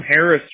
Harris